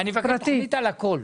אני מבקש תכנית על הכל.